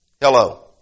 Hello